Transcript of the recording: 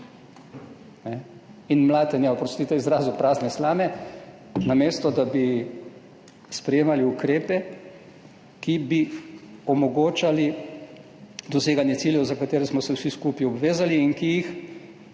izvajalce in, oprostite izrazu, mlatenja prazne slame, namesto da bi sprejemali ukrepe, ki bi omogočali doseganje ciljev, katerim smo se vsi skupaj obvezali in ki jih